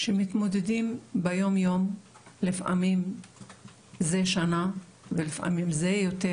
שמתמודדים ביום-יום לפעמים זה שנה ולפעמים זה יותר,